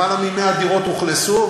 למעלה מ-100 דירות אוכלסו,